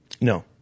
no